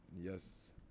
Yes